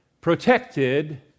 protected